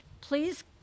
please